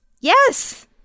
yes